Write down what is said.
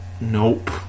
nope